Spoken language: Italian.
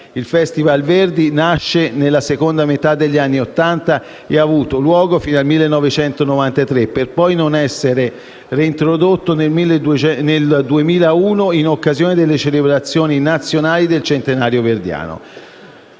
Il Festival Verdi nasce nella seconda metà degli anni Ottanta ed ha avuto luogo fino al 1993, per poi essere reintrodotto nel 2001 in occasione delle Celebrazioni nazionali del centenario verdiano.